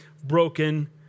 broken